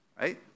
right